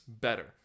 better